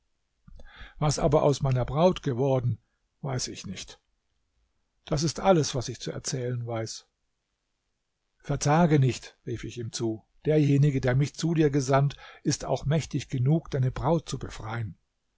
was aber aus meiner braut geworden weiß ich nicht das ist alles was ich zu erzählen weiß verzage nicht rief ich ihm zu derjenige der mich zu dir gesandt ist auch mächtig genug deine braut zu befreien